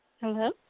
Hello